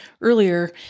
earlier